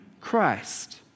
Christ